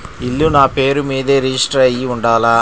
ఇల్లు నాపేరు మీదే రిజిస్టర్ అయ్యి ఉండాల?